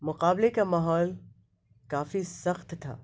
مقابلے کا ماحول کافی سخت تھا